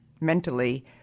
mentally